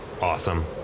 Awesome